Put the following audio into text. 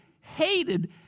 hated